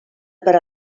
per